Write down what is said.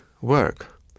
work